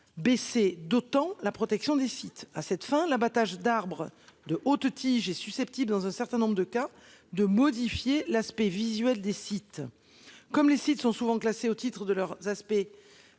baisser d'autant la protection des sites à cette fin, l'abattage d'arbres de hautes tiges est susceptible, dans un certain nombre de cas de modifier l'aspect visuel des sites. Comme les sites sont souvent classés au titre de leur aspect